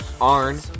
Arn